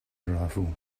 arrival